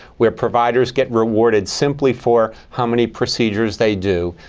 where providers get rewarded simply for how many procedures they do,